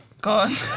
God